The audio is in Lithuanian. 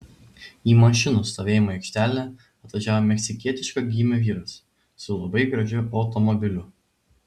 į mašinų stovėjimo aikštelę atvažiavo meksikietiško gymio vyras su labai gražiu automobiliu